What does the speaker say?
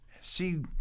See